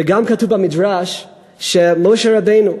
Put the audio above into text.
וגם כתוב במדרש שמשה רבנו,